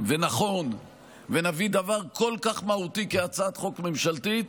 ונכון ונביא דבר כל כך מהותי כהצעת חוק ממשלתית,